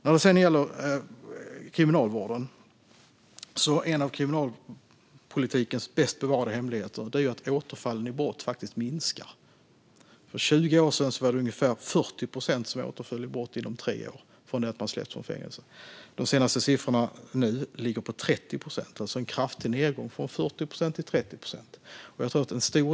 När det gäller Kriminalvården är en av kriminalpolitikens bäst bevarade hemligheter att återfallen i brott faktiskt minskar. För 20 år sedan var det ungefär 40 procent som återföll i brott inom tre år från det att de släpptes från fängelset. De senaste siffrorna ligger på 30 procent. Det är alltså en kraftig nedgång från 40 till 30 procent.